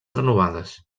renovades